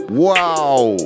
Wow